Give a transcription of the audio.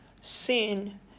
sin